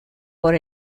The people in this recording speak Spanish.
por